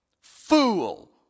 fool